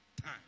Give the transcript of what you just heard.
time